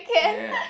yeah